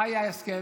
מה היה ההסכם?